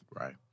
right